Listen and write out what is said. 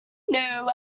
know